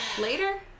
Later